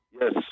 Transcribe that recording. Yes